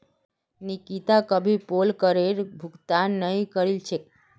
निकिता कभी पोल करेर भुगतान नइ करील छेक